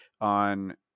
on